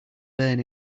burn